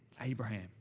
Abraham